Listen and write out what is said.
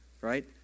right